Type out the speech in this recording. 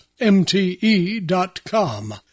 mte.com